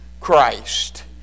Christ